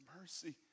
mercy